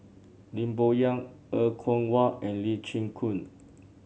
Lim Bo Yam Er Kwong Wah and Lee Chin Koon